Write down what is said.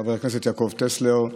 חבר הכנסת יעקב טסלר.